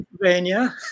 Pennsylvania